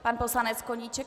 Pan poslanec Koníček.